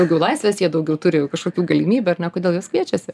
daugiau laisvės jie daugiau turi kažkokių galimybių ar ne kodėl jos kviečiasi